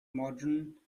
modern